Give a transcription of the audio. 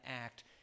act